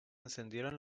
encendieron